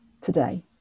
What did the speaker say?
today